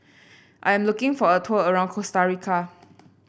I'm looking for a tour around Costa Rica